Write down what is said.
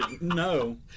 No